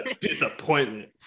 disappointment